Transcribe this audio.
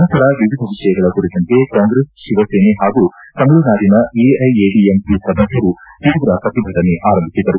ನಂತರ ವಿವಿಧ ವಿಷಯಗಳ ಕುರಿತಂತೆ ಕಾಂಗ್ರೆಸ್ ಶಿವಸೇನೆ ಹಾಗೂ ತಮಿಳುನಾಡಿನ ಎಐಎಡಿಎಂಕೆ ಸದಸ್ಟರು ತೀವ್ರ ಪ್ರತಿಭಟನೆ ಆರಂಭಿಸಿದರು